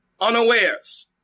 unawares